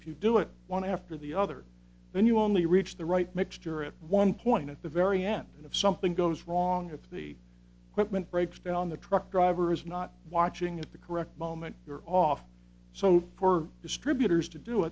if you do it one after the other then you only reach the right mixture at one point at the very end and if something goes wrong at the equipment breaks down the truck driver is not watching at the correct moment you're off so for distributors to do